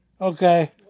Okay